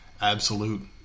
absolute